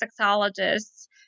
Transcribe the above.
sexologists